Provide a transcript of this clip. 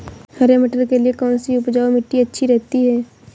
हरे मटर के लिए कौन सी उपजाऊ मिट्टी अच्छी रहती है?